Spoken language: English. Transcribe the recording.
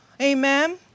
Amen